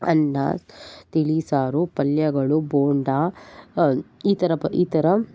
ಅನ್ನ ತಿಳಿಸಾರು ಪಲ್ಯಗಳು ಬೋಂಡಾ ಈ ಥರ ಪ್ ಈ ಥರ